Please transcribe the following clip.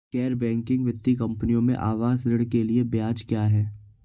गैर बैंकिंग वित्तीय कंपनियों में आवास ऋण के लिए ब्याज क्या है?